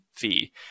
fee